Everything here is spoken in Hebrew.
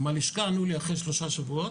מהלשכה ענו לי אחרי 3 שבועות: